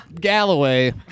Galloway